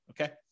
Okay